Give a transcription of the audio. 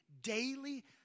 daily